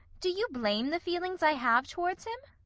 do you blame the feelings i have towards him?